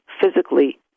physically